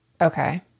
Okay